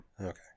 Okay